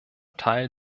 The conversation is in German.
teil